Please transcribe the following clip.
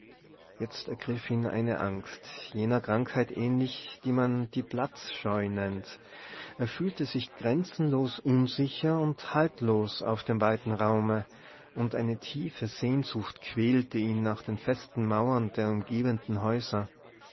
jetzt ergriff ihn eine angst jener krankheit ähnlich die man die platzscheu nennt er fühlte sich grenzenlos unsicher und haltlos auf dem weiten raume und eine tiefe sehnsucht quälte ihn nach den festen mauern der umgebenden häuser